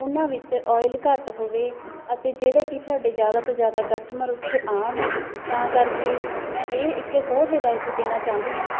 ਉਹਨਾਂ ਵਿੱਚ ਓਇਲ ਘੱਟ ਹੋਵੇ ਅਤੇ ਜਿਹੜੇ ਕਿ ਤੁਹਾਡੇ ਜ਼ਿਆਦਾ ਤੋਂ ਜ਼ਿਆਦਾ ਕਸਟਮਰ ਉੱਥੇ ਆਉਣ ਤਾਂ ਕਰਕੇ ਮੈਂ ਇਹ ਇੱਕ ਹੋਰ ਹਿਦਾਇਤ ਦੇਣਾ ਚਾਹੁੰਦੀ ਹਾਂ